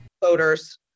voters